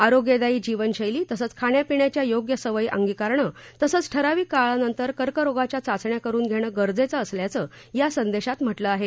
आरोग्यादायी जीवनशैली तसंच खाण्यापीण्याच्या योग्य सवयी अंगीकारणं तसंच ठराविक काळानंतर कर्करोगाच्या चाचण्या करुन घेणं गरजेचं असल्याचं या संदेशात म्हटलं आहे